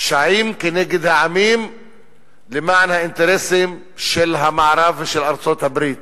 פשעים כנגד העמים למען האינטרסים של המערב ושל ארצות-הברית,